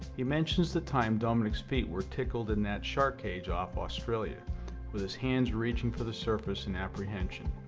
he mentions the time dominique's feet were tickled in that shark cage off australia with his hands reaching for the surface in apprehension.